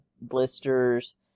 blisters